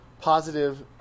positive